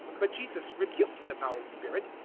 but jesus rebuked the foul spirit,